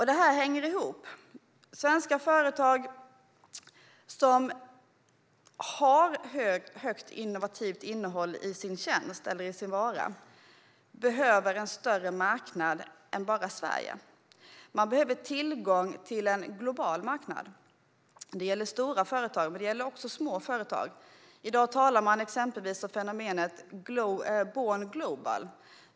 Det hänger ihop. Svenska företag som har högt innovativt innehåll i sina varor eller tjänster behöver en större marknad än bara Sverige. Man behöver tillgång till en global marknad. Det gäller stora men också små företag. Det talas exempelvis om fenomenet born global.